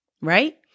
right